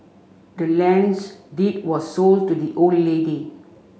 the land's deed was sold to the old lady